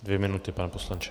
Dvě minuty, pane poslanče.